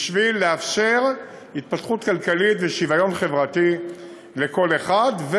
כדי לאפשר התפתחות כלכלית ושוויון חברתי לכל אחד,